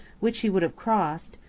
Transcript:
which he would have crossed,